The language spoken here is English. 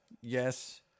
Yes